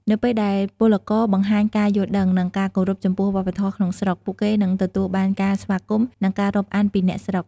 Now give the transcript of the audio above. នៅពេលដែលពលករបង្ហាញការយល់ដឹង និងការគោរពចំពោះវប្បធម៌ក្នុងស្រុក ពួកគេនឹងទទួលបានការស្វាគមន៍ និងការរាប់អានពីអ្នកស្រុក។